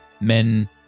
Men